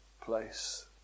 place